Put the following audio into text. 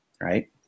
right